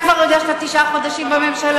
אתה יודע שאתה כבר תשעה חודשים בממשלה?